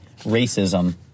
racism